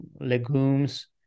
legumes